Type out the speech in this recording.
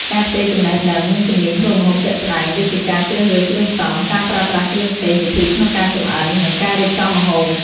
ការផ្ទេរចំណេះដឹង និងជំនាញធ្វើម្ហូបជាក់ស្តែង ដូចជាការជ្រើសរើសគ្រឿងផ្សំ ការប្រើប្រាស់គ្រឿងទេស វិធីក្នុងការចម្អិន និងការរៀបចំម្ហូប។